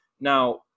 Now